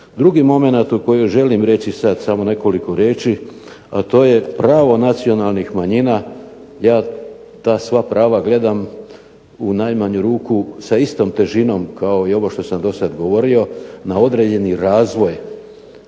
Drugi momenat o kojem želim reći sad samo nekoliko riječi a to je pravo nacionalnih manjina, ja ta sva prava gledam u najmanju ruku sa istom težinom kao i ovo što sam do sada govorio na određeni razvoj